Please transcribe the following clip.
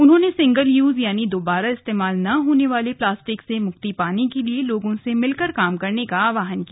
उन्होंने single use यानी दोबारा इस्तेमाल न होने वाले प्लास्टिक से मुक्ति पाने के लिए लोगों से मिलकर काम करने का आहवान किया